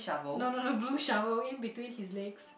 no no no blue shovel in between his legs